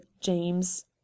james